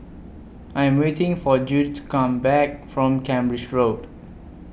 I Am waiting For Jude to Come Back from Cambridge Road